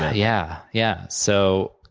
yeah. yeah, so